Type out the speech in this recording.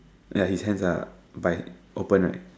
ya his hands are by open right